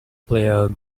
player